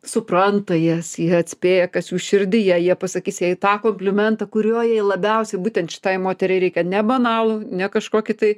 supranta jas jie atspėja kas jų širdyje jie pasakys jai tą komplimentą kuriuo jai labiausiai būtent šitai moteriai reikia ne banalų ne kažkokį tai